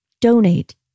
Donate